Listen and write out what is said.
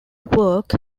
work